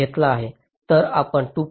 तर आपण 2